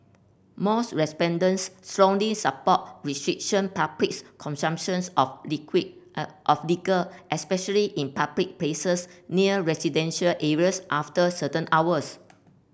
most respondents strongly support restriction public's consumptions of liquid of liquor especially in public places near residential areas after certain hours